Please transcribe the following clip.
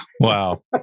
wow